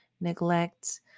neglects